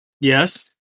Yes